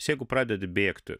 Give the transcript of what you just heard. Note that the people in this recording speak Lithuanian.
jeigu pradedi bėgti